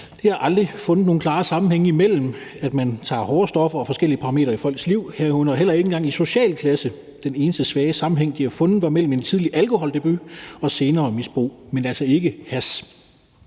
De har aldrig fundet nogen klare sammenhænge imellem, at man tager hårde stoffer, og forskellige parametre i folks liv, herunder heller ikke engang socialklasse. Den eneste svage sammenhæng, de har fundet, var mellem en tidlig alkoholdebut og et senere misbrug, men altså ikke i